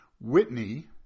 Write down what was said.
Whitney